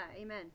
Amen